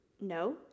no